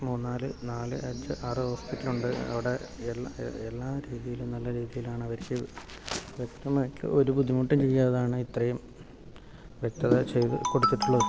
മൂന്നു നാലു അഞ്ച് ആറു ഹോസ്പിറ്റലുകൾ ഇൻഡ് അവിടെ എല്ലാ രീതിയിലും നല്ല രീതിയിൽ ആണ് അവർ ചെയ്യുന്നത് വ്യക്തമായിട്ട് ഒരു ബുദ്ധിമുട്ടും ചെയ്യാതാണ് ഇത്രയും വ്യക്തത ചെയ്ത് കൊടുത്തിട്ട് ഉള്ളത്